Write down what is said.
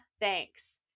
thanks